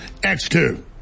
X2